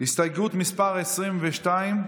הסתייגות מס' 22,